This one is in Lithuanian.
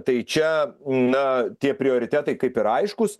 tai čia na tie prioritetai kaip ir aiškūs